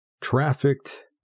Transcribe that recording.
trafficked